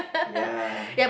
ya